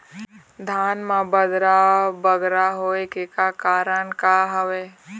धान म बदरा बगरा होय के का कारण का हवए?